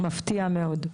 מפתיע מאוד.